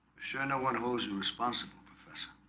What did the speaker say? sure, no one who's responsible professor,